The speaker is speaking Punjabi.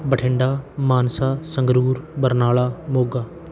ਬਠਿੰਡਾ ਮਾਨਸਾ ਸੰਗਰੂਰ ਬਰਨਾਲਾ ਮੋਗਾ